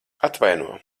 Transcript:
atvaino